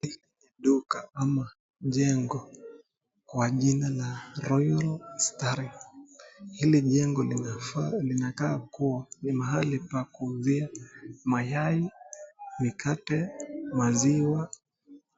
Hili duka ama jengo kwa jina la Royal Starinn. Hili jengo linakaa kuwa ni mahali pa kuuzia mayai, mikate, maziwa